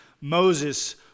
Moses